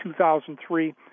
2003